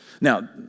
Now